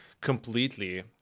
completely